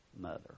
mother